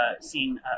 seen